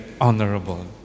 honorable